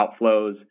outflows